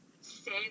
say